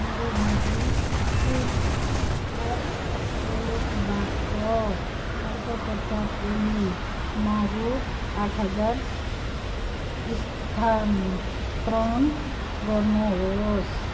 मेरो मोबिक्विक एप वालेटबाट खढ्ग प्रसाद ओलीमा रु आठ हजार स्थानान्तरण गर्नुहोस्